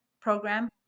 program